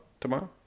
tomorrow